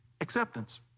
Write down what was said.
acceptance